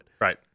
right